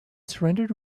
surrendered